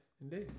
indeed